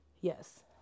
Yes